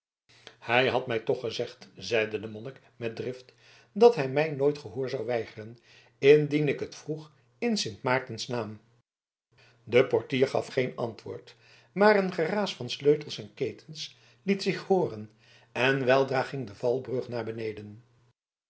hij had mij toch gezegd zeide de monnik met drift dat hij mij nooit gehoor zou weigeren indien ik het vroeg in sint maartens naam de portier gaf geen antwoord maar een geraas van sleutels en ketens liet zich hooren en weldra ging de valbrug naar beneden